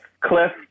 Cliff